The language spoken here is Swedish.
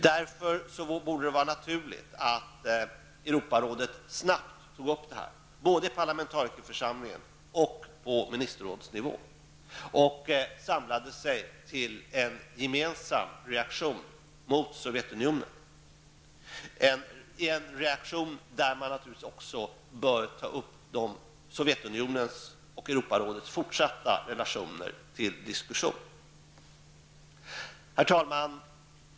Därför bör det vara naturligt att Europarådet snabbt tar upp detta, både i parlamentarikerförsamlingen och på ministerrådsnivå, och samlar sig till gemensam reaktion mot Sovjetunionen, en reaktion där man naturligtvis bör ta upp Sovjetunionens och Herr talman!